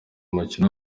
mukino